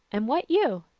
and what you?